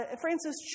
Francis